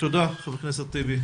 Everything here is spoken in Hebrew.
תודה ח"כ טיבי.